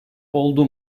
oldu